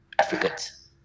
Africans